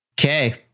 Okay